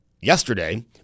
yesterday